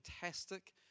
fantastic